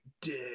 dick